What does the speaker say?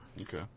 Okay